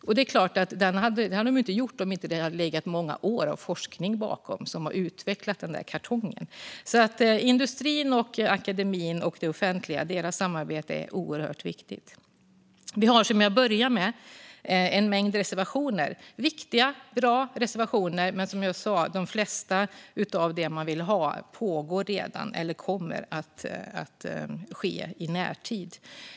Så hade det inte varit om det inte hade legat många år av forskning bakom för att utveckla de kartongerna. Industrins, akademins och det offentligas samarbete är alltså oerhört viktigt. Vi har, som jag började med, en mängd reservationer. Det är viktiga, bra reservationer, men som jag sa berör de flesta sådant som redan pågår eller kommer att ske i närtid.